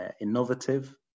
innovative